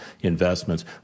investments